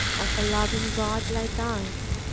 of a loving god like ours.